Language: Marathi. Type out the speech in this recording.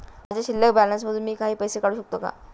माझ्या शिल्लक बॅलन्स मधून मी काही पैसे काढू शकतो का?